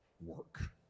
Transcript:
work